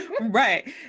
Right